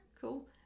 cool